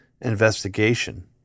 investigation